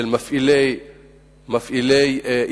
של מפעילי אינטרנט